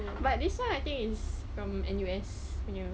but this [one] I think is from N_U_S punya